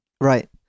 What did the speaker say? Right